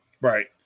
Right